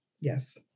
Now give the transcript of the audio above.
Yes